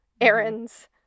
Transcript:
errands